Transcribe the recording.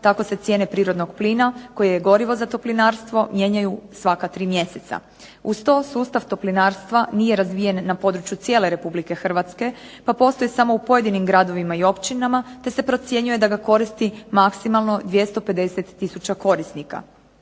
tako se cijene prirodnog plina koji je gorivo za toplinarstvo mijenjaju svaka 3 mjeseca. Uz to sustav toplinarastva nije razvijen na području cijele RH pa postoji samo u pojedinim gradovima i općinama te se procjenjuje da ga koristi maksimalno 250 tisuća korisnika.